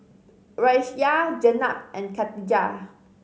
Raisya Jenab and Katijah